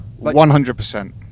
100%